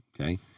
okay